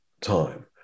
time